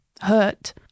hurt